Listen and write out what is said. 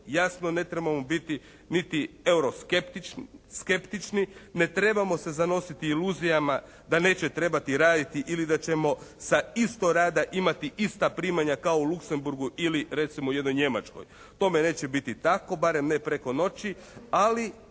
jasno ne trebamo biti niti euroskeptični, ne trebamo se zanositi iluzijama da neće trebati raditi ili da ćemo sa isto rada imati ista primanja kao u Luxemburgu ili recimo u jednoj Njemačkoj. Tome neće biti tako, barem ne preko noći. Ali